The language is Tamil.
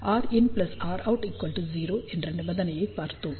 RinRout0 என்ற நிபந்தனையை பார்த்தோம்